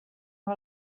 amb